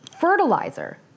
fertilizer